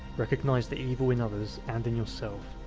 recognise the evil in others and in yourself,